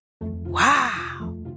Wow